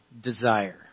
desire